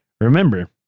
Remember